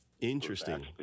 Interesting